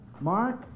Mark